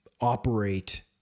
operate